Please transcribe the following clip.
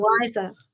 wiser